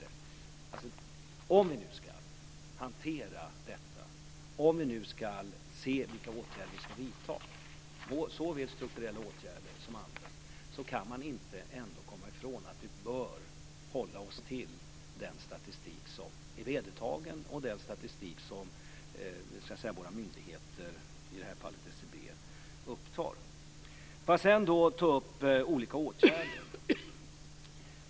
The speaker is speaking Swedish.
Om vi nu ska hantera detta, och om vi ska se vilka åtgärder som vi ska vidta - såväl strukturella åtgärder som andra - kan man inte komma ifrån att vi bör hålla oss till den statistik som är vedertagen och som våra myndigheter, i detta fall SCB, använder. Sedan vill jag ta upp olika åtgärder.